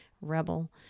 Rebel